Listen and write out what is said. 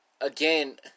again